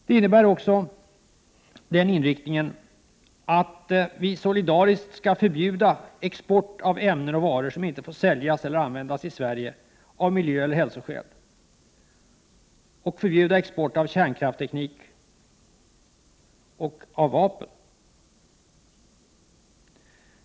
Det innebär också att vi solidariskt skall förbjuda export av ämnen och varor som inte får säljas eller användas i Sverige av miljöeller hälsoskäl och export av kärnkraftsteknik och vapen.